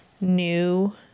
New